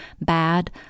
bad